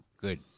good